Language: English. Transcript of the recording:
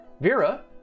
Vera